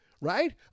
right